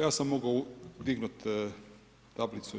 Ja sam mogao dignuti tablicu